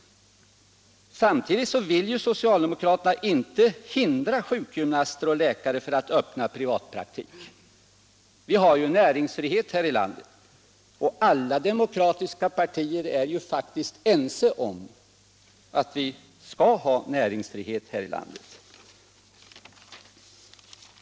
Samtidigt vill socialdemokraterna inte hindra sjukgymnaster och läkare att öppna privatpraktik. Vi har näringsfrihet här i landet, och alla demokratiska partier är faktiskt ense om att vi skall ha näringsfrihet.